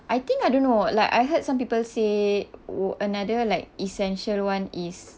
I think I don't know like I heard some people say w~ another like essential one is